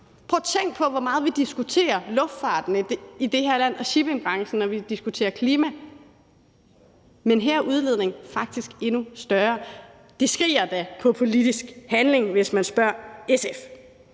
Prøv at tænke på, hvor meget vi i det her land diskuterer luftfarten og shippingbranchen, når vi diskuterer klima, men her er udledningen faktisk endnu større. Det skriger da på politisk handling, hvis man spørger SF.